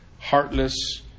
heartless